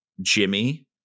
Jimmy